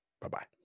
Bye-bye